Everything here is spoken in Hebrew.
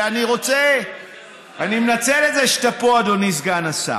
אני מנצל את זה שאתה פה, אדוני סגן השר.